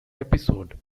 episode